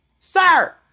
Sir